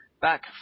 back